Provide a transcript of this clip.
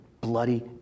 bloody